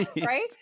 Right